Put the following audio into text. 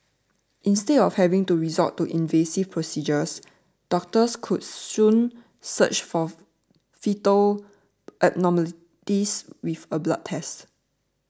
instead of having to resort to invasive procedures doctors could soon search for foetal abnormalities with a blood test